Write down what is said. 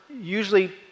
usually